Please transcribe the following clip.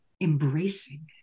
embracing